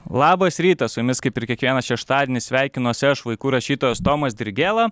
labas rytas su jumis kaip ir kiekvieną šeštadienį sveikinuosi aš vaikų rašytojas tomas dirgėla